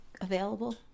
available